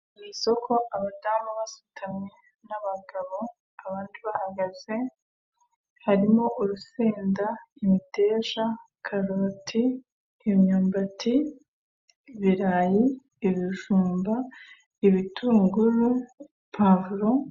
Mu isoko abadamu basutamye n'abagabo abandi bahagaze, harimo urusenda, imiteja, karoti, imyumbati, ibirayi, ibijumba, ibitunguru, pavuro.